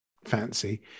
fancy